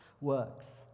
works